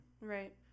Right